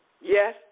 Yes